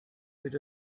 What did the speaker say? with